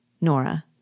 Nora